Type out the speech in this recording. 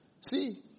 See